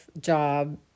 job